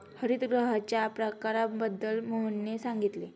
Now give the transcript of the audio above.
हरितगृहांच्या प्रकारांबद्दल मोहनने सांगितले